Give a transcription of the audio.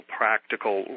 practical